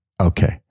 okay